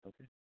Okay